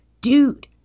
dude